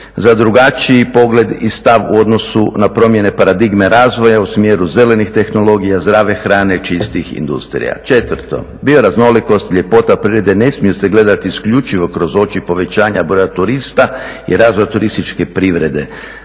za drugačiji pogled i stav u odnosu na promjene paradigme razvoja u smjeru zelenih tehnologija, zdrave hrane i čistih industrija. Četvrto, bioraznolikost, ljepota prirode ne smiju se gledati isključivo kroz oči povećanja broja turista i razvoja turističke privrede.